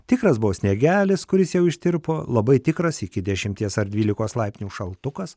tikras buvo sniegelis kuris jau ištirpo labai tikras iki dešimties ar dvylikos laipsnių šaltukas